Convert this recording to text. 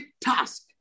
task